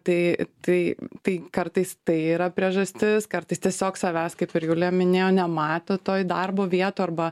tai tai tai kartais tai yra priežastis kartais tiesiog savęs kaip ir julija minėjo nemato toj darbo vietoj arba